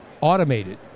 automated